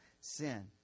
sin